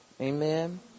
Amen